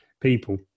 people